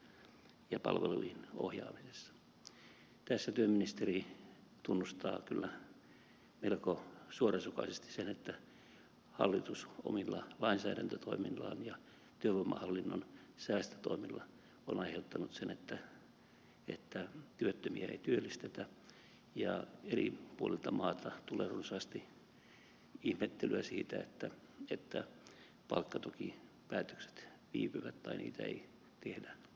tässä työministeri tunnustaa kyllä melko suorasukaisesti sen että hallitus omilla lainsäädäntötoimillaan ja työvoimahallinnon säästötoimilla on aiheuttanut sen että työttömiä ei työllistetä ja eri puolilta maata tulee runsaasti ihmettelyä siitä että palkkatukipäätökset viipyvät tai niitä ei tehdä laisinkaan